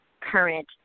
current